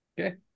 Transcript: Okay